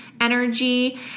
energy